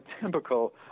typical